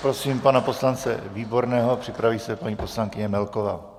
Poprosím pana poslance Výborného, připraví se paní poslankyně Melková.